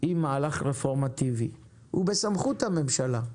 היא מהלך רפורמה טבעי, הוא בסמכות הממשלה,